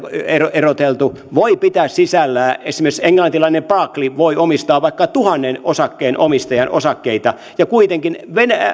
yksilöeritelty voi pitää sisällään esimerkiksi englantilainen barclays voi omistaa vaikka tuhannen osakkeenomistajan osakkeita ja kuitenkin